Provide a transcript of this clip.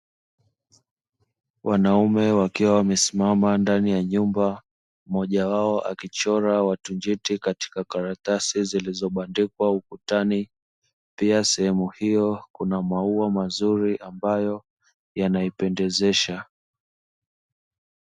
Wanaume wakiwa wamesimama ndani ya nyumba, mmoja wao akichora watu njiti katika karatasi zilizobandikwa ukutani, pia sehemu hiyo kuna maua mazuri ambayo yanaipendezesha.